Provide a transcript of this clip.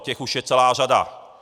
Těch už je celá řada.